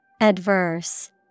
Adverse